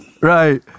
Right